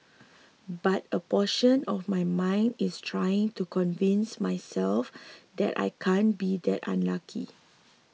but a portion of my mind is trying to convince myself that I can't be that unlucky